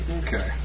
okay